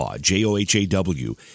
j-o-h-a-w